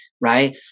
Right